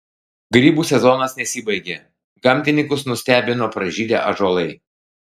grybų sezonas nesibaigia gamtininkus nustebino pražydę ąžuolai